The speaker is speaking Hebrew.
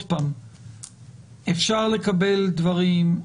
אפשר לקבל דברים,